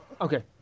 Okay